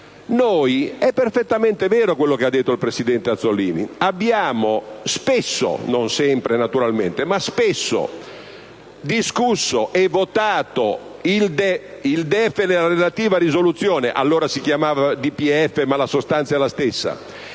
è perfettamente vero quello che ha detto il presidente Azzollini: noi abbiamo spesso - non sempre, naturalmente - discusso e votato il DEF nella relativa risoluzione (allora si chiamava DPEF, ma la sostanza è la stessa)